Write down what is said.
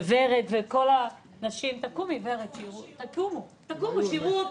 ורד וכל הנשים תקומו, תקומו שיראו אתכן.